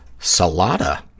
Salada